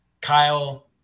Kyle